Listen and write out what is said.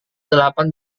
delapan